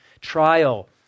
trial